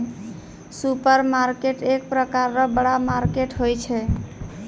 supermarket एक प्रकार रो बड़ा मार्केट होय छै